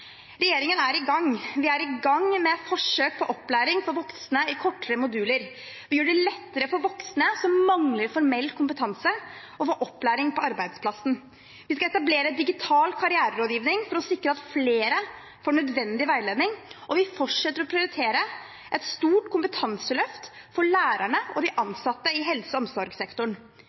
Regjeringen er i gang, vi er i gang med forsøk med opplæring for voksne i kortere moduler. Vi gjør det lettere for voksne som mangler formell kompetanse, å få opplæring på arbeidsplassen. Vi skal etablere en digital karriererådgiving for å sikre at flere får nødvendig veiledning. Og vi fortsetter å prioritere et stort kompetanseløft for lærerne og de ansatte i helse- og omsorgssektoren.